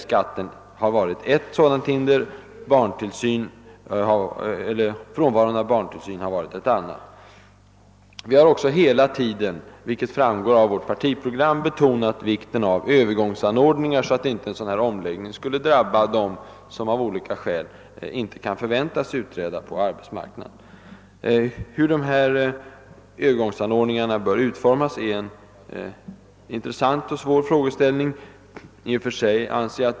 Skatten har varit ett sådant hinder, frånvaron av barntillsyn har varit ett annat. Som bl.a. framgår av vårt partiprogram har vi också hela tiden betonat vikten av övergångsanordningar, så att inte en övergång till individuell beskattning drabba dem som av olika skäl inte kan förväntas gå ut på arbetsmarknaden. Hur dessa övergångsanordningar bör utformas är en både intressant och svår frågeställning.